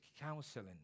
counseling